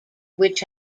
which